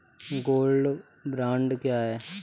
Gold bond क्या है?